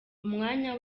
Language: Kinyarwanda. umwanya